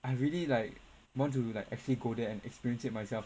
I really like want to like actually go there and experience it myself